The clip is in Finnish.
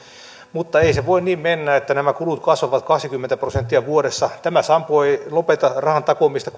mutta ei se voi niin mennä että nämä kulut kasvavat kaksikymmentä prosenttia vuodessa tämä sampo ei lopeta rahan takomista